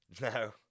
No